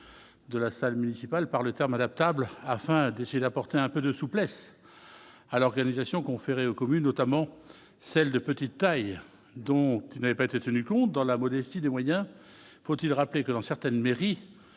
de la salle municipale par Leterme adaptables, afin d'essayer d'apporter un peu de souplesse à l'organisation conférer aux communes, notamment celles de petite taille, donc n'avait pas été tenu compte dans la modestie des moyens, faut-il rappeler que dans certaines mairies,